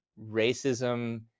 Racism